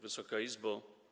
Wysoka Izbo!